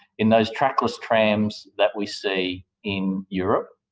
in those trackless trams that we see in europe.